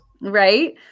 Right